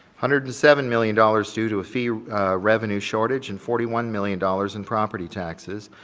hundred and seven million dollars due to a fee revenue shortage and forty one million dollars in property taxes,